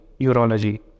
urology